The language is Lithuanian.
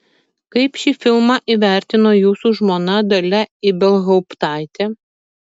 kaip šį filmą įvertino jūsų žmona dalia ibelhauptaitė